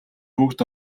бүгд